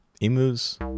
Emus